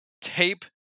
tape